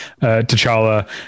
T'Challa